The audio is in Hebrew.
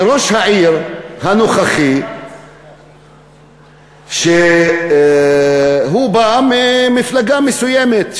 שראש העיר הנוכחי בא ממפלגה מסוימת,